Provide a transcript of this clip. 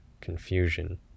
confusion